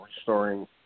restoring